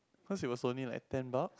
cause it was only like ten bucks